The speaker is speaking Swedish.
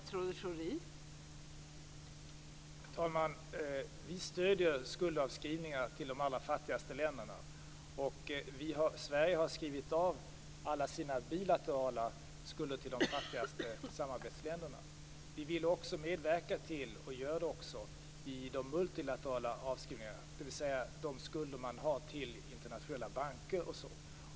Fru talman! Vi stöder skuldavskrivningar när det gäller de allra fattigaste länderna. Sverige har skrivit av alla sina bilaterala skulder vad gäller de fattigaste samarbetsländerna. Vidare vill vi, och gör det också, medverka till multilaterala avskrivningar - skulder som man har till internationella banker etc.